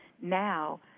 Now